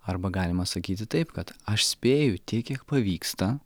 arba galima sakyti taip kad aš spėju tiek kiek pavyksta